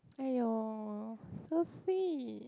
!aiyo! so sweet